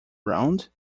round